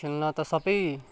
खेल्न त सबै